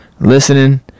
listening